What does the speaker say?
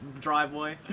Driveway